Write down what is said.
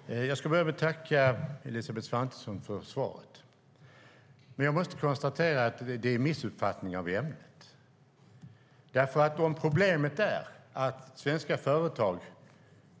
Herr talman! Jag ska börja med att tacka Elisabeth Svantesson för svaret. Men jag måste konstatera att det är en missuppfattning av ämnet. Problemet är att svenska företag